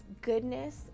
goodness